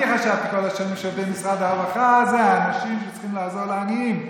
אני חשבתי כל השנים שעובדי משרד הרווחה הם האנשים שצריכים לעזור לעניים.